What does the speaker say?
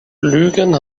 lügen